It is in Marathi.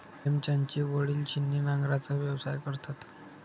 प्रेमचंदचे वडील छिन्नी नांगराचा व्यवसाय करतात